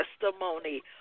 testimony